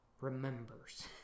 remembers